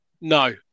No